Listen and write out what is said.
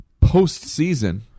Postseason